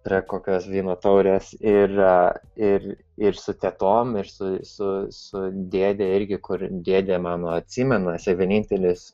prie kokios vyno taurės ir ir ir su tetom ir su su su dėde irgi kur dėdė mano atsimena jisai vienintelis